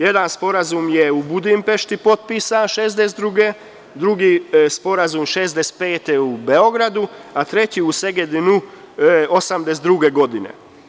Jedan sporazum je u Budimpešti potpisan 1962. godine, drugi sporazum 1965. u Beogradu, a treći u Segedinu 1982. godine.